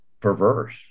perverse